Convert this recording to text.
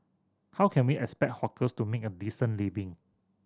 how can we expect hawkers to make a decent living